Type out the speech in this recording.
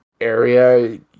area